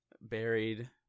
buried